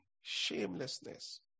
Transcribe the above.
Shamelessness